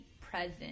present